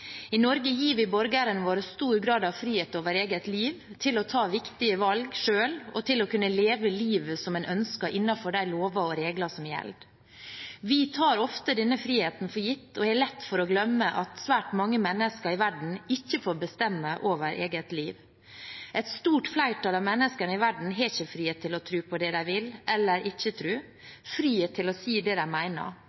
I Norge gir vi borgerne våre stor grad av frihet over eget liv, til å ta viktige valg selv og til å kunne leve livet som en ønsker innenfor de lover og regler som gjelder. Vi tar ofte denne friheten for gitt og har lett for å glemme at svært mange mennesker i verden ikke får bestemme over eget liv. Et stort flertall av menneskene i verden har ikke frihet til å tro på det de vil, eller ikke